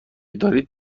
دارید